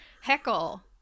heckle